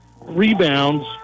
rebounds